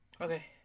Okay